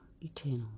eternal